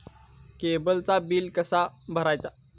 केबलचा बिल कसा भरायचा?